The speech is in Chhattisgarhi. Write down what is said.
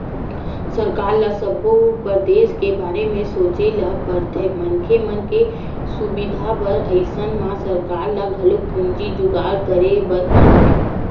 सरकार ल सब्बो परदेस के बारे म सोचे ल परथे मनखे मन के सुबिधा बर अइसन म सरकार ल घलोक पूंजी जुगाड़ करे बर परथे